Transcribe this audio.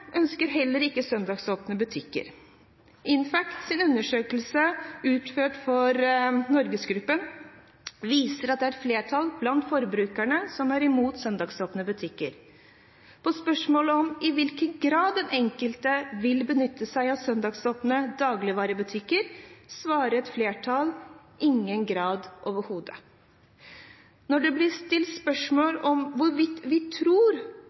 ønsker heller ikke søndagsåpne butikker. Infacts spørreundersøkelse utført for NorgesGruppen viser at et flertall blant forbrukerne er imot søndagsåpne butikker. På spørsmål om i hvilken grad den enkelte ville benyttet seg av søndagsåpne dagligvarebutikker, svarer et flertall: ingen grad overhodet. Når det blir stilt spørsmål om hvorvidt vi tror